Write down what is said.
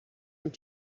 some